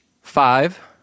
Five